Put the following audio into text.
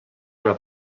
una